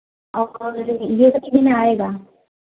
और यह सब कितने में आएगा